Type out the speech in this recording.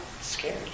scared